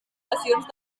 poblacions